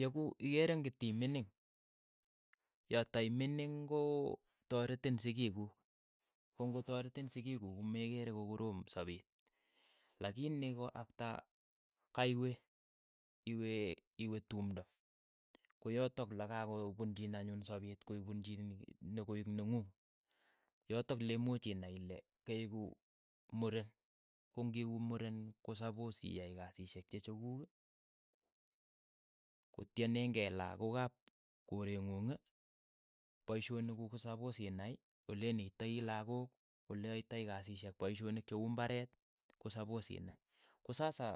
Yeku ikeere ng'o itimiining. ya ta imining ko toretiin sikiik ku, ng'o taretin sikiik kuuk komeke kokoroom sapeet, lakini ko afta kaiwe iwe iwe tumndo, ko yatok lakakopunchiin anyun sopeet kopunchiin ni ne koeek neng'uung, yotok lemuuch inae kole keeku muren, ko ng'ieku muren ko sapos iyai kasisheek che chekuuk kotieniin kei lakook ap koreeng'ung, poishunik kuuk ko sapos inai olenetai lakook oleyaito kasishek paishonik che uu imbareet ko sapos inae, ko sasa